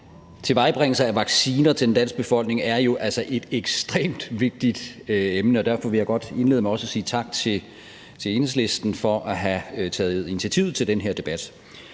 Tilvejebringelse af vacciner til den danske befolkning er jo altså et ekstremt vigtigt emne, og derfor vil jeg godt indlede med også at sige tak til Enhedslisten for at have taget initiativ til den her debat.